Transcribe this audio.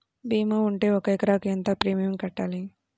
భీమా ఉంటే ఒక ఎకరాకు ఎంత ప్రీమియం కట్టాలి?